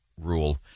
rule